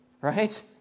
right